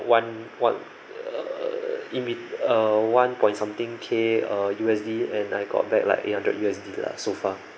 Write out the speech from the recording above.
one one err in be~ err one point something K uh U_S_D and I got back like eight hundred U_S_D lah so far